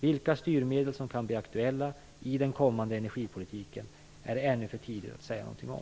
Vilka styrmedel som kan bli aktuella i den kommande energipolitiken är det ännu för tidigt att säga någonting om.